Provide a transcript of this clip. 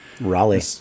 Raleigh